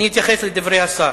אני אתייחס לדברי השר.